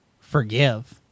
forgive